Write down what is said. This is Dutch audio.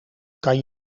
kan